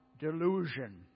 delusion